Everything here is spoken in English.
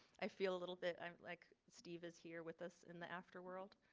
i feel a little bit um like steve is here with us in the afterworld